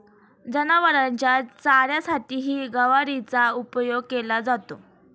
जनावरांच्या चाऱ्यासाठीही गवारीचा उपयोग केला जातो